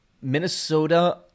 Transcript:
Minnesota